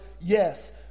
Yes